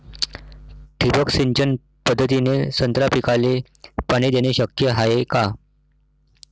ठिबक सिंचन पद्धतीने संत्रा पिकाले पाणी देणे शक्य हाये का?